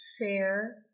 share